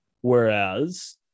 whereas